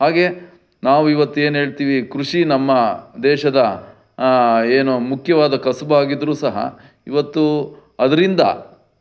ಹಾಗೇ ನಾವು ಇವತ್ತು ಏನು ಹೇಳ್ತೀವಿ ಕೃಷಿ ನಮ್ಮ ದೇಶದ ಏನು ಮುಖ್ಯವಾದ ಕಸುಬಾಗಿದ್ದರೂ ಸಹ ಇವತ್ತು ಅದರಿಂದ